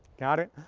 got it?